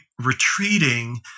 retreating